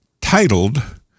titled